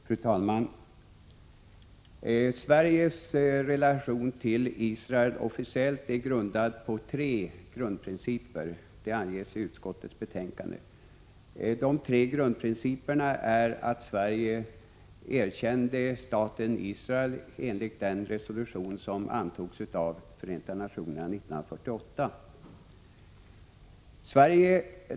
Fru talman! Sveriges relation till Israel är officiellt grundad på tre principer, anges det i utskottets betänkande. Den första av de tre grundprinciperna är att Sverige erkände staten Israel enligt den resolution som antogs av Förenta nationerna 1948.